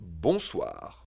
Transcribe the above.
bonsoir